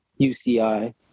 UCI